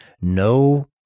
No